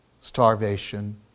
starvation